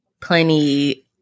plenty